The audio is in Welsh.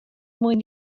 mwyn